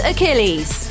Achilles